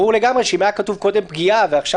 ברור לגמרי שאם היה כתוב קודם "פגיעה" ועכשיו